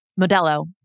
Modelo